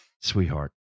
Sweetheart